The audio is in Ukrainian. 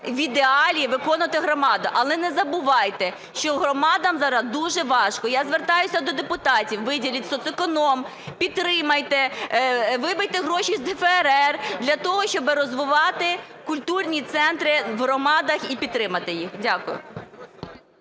в ідеалі виконувати громада. Але не забувайте, що громадам зараз дуже важко. Я звертаюся до депутатів, виділіть соцеконом, підтримайте, вибийте гроші з ДФРР для того, щоб розвивати культурні центри в громадах і підтримати їх. Дякую.